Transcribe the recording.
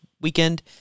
weekend